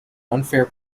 unfair